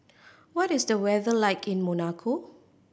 what is the weather like in Monaco